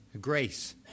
Grace